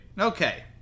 Okay